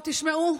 טוב, תשמעו,